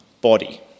body